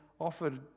offered